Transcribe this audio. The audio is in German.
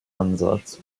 ansatz